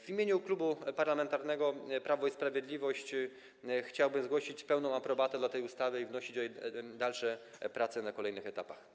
W imieniu Klubu Parlamentarnego Prawo i Sprawiedliwość chciałbym zgłosić pełną aprobatę dla tej ustawy i wnosić o dalsze prace na kolejnych etapach.